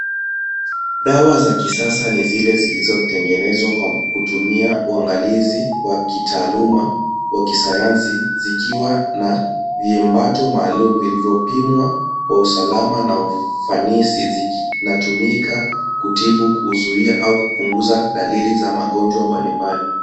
Dawa za kisasa ni zile zilizotengenezwa kwa kutumia uangalizi wa kitaaluma wa kisayansi, zikiwa na viembato maalum vilivyopimwa kwa usalama na ufanisi. Zinatumika kutibu, kuzuia, au kupunguza dalili za magonjwa mbalimbali.